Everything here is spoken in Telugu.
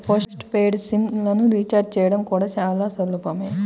పోస్ట్ పెయిడ్ సిమ్ లను రీచార్జి చేయడం కూడా చాలా సులభమే